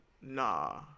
Nah